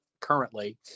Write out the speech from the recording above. currently